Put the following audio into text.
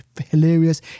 hilarious